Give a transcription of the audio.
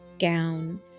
gown